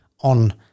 on